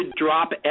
drop